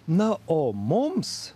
na o mums